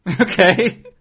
Okay